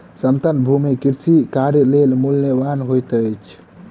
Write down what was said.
समतल भूमि कृषि कार्य लेल मूल्यवान होइत अछि